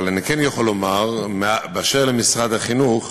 אבל אני כן יכול לומר באשר למשרד החינוך,